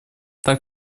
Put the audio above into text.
так